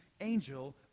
angel